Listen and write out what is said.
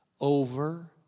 over